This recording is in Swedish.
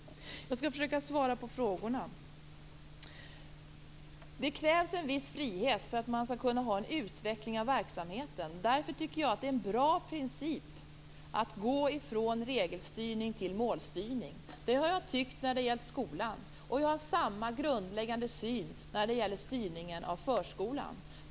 Jag skall försöka att svara på frågorna. Det krävs en viss frihet för att man skall kunna ha en utveckling av verksamheten. Därför tycker jag att det är en bra princip att gå från regelstyrning till målstyrning. Det har jag tyckt när det har gällt skolan, och jag har samma grundläggande syn när det gäller styrningen av förskolan.